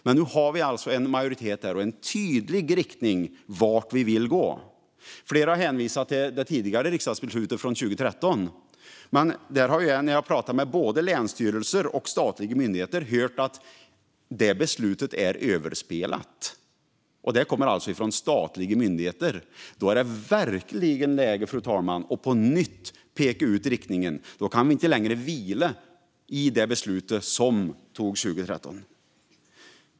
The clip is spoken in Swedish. Men nu har vi alltså en majoritet och en tydlig riktning för vart vi vill gå. Flera har hänvisat till det tidigare riksdagsbeslutet från 2013, men när jag har pratat med länsstyrelser och statliga myndigheter har jag hört att det beslutet är överspelat. Detta kommer alltså från statliga myndigheter. Då är det verkligen läge, fru talman, att på nytt peka ut riktningen. Då kan vi inte längre vila i det beslut som togs 2013.